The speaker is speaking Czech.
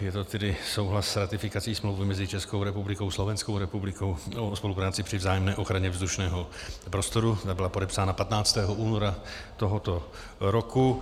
Je to tedy souhlas s ratifikací Smlouvy mezi Českou republikou a Slovenskou republikou o spolupráci při vzájemné ochraně vzdušného prostoru, která byla podepsána 15. února tohoto roku.